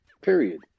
Period